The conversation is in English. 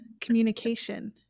communication